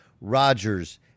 Rodgers